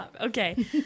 Okay